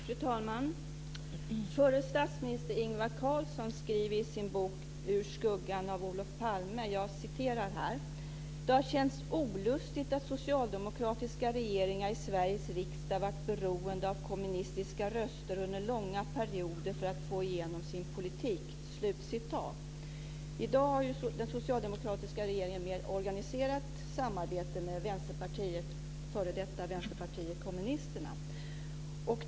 Fru talman! Förre statsministern Ingvar Carlsson skriver i sin bok Ur skuggan av Olof Palme: "Det har känts olustigt att socialdemokratiska regeringar i Sveriges riksdag varit beroende av kommunistiska röster under långa perioder för att få igenom sin politik." I dag har den socialdemokratiska regeringen ju ett mer organiserat samarbete med Vänsterpartiet, f.d. Vänsterpartiet kommunisterna.